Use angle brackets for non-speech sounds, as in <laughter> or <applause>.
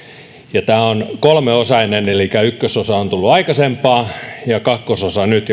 tämä on kolmiosainen elikkä ykkösosa on tullut aikaisemmin kakkososa nyt <unintelligible>